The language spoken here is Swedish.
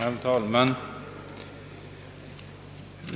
Herr talman!